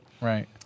Right